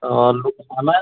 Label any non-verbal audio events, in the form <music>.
অঁ <unintelligible>